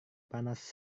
panas